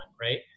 right